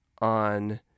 on